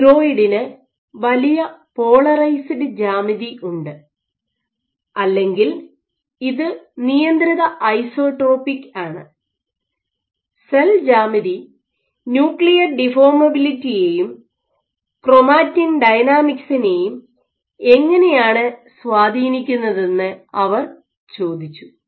ഈ സ്റ്റിറോയിഡിന് വലിയ പോളറൈസ്ഡ് ജ്യാമിതി ഉണ്ട് അല്ലെങ്കിൽ ഇത് നിയന്ത്രിത ഐസോട്രോപിക് ആണ് സെൽ ജ്യാമിതി ന്യൂക്ലിയർ ഡിഫോർമബിലിറ്റിയെയും ക്രോമാറ്റിൻ ഡൈനാമിക്സിനെയും എങ്ങനെയാണ് സ്വാധീനിക്കുന്നതെന്ന് അവർ ചോദിച്ചു